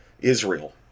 israel